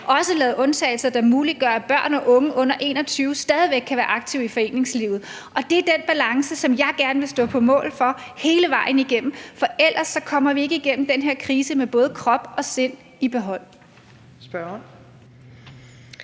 også lavet undtagelser, der muliggør, at børn og unge under 21 år stadig væk kan være aktive i foreningslivet. Det er den balance, som jeg gerne vil stå på mål for hele vejen igennem, for ellers kommer vi ikke igennem den her krise med både krop og sind i behold.